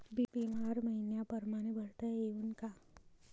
बिमा हर मइन्या परमाने भरता येऊन का?